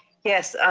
yes,